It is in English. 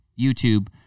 YouTube